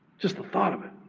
just the thought of it.